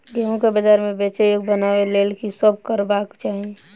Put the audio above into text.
गेंहूँ केँ बजार मे बेचै योग्य बनाबय लेल की सब करबाक चाहि?